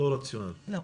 מה